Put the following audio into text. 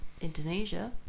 Indonesia